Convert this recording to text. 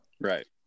Right